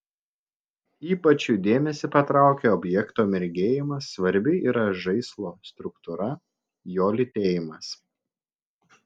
ypač jų dėmesį patraukia objekto mirgėjimas svarbi yra žaislo struktūra jo lytėjimas